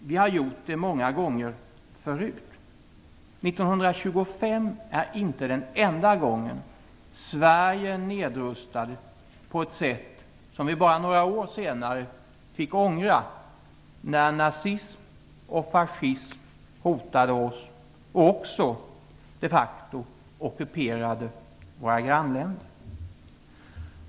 Vi har gjort det många gånger förut. År 1925 var inte den enda gången. Sverige nedrustade på ett sätt som vi bara några år senare fick ångra när nazism och fascism hotade oss och även de facto ockuperade våra grannländer.